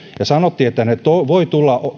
ja sanoimme että voi tulla